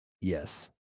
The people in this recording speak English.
Yes